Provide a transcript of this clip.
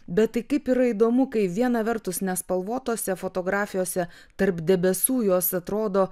bet tai kaip yra įdomu kai viena vertus nespalvotose fotografijose tarp debesų jos atrodo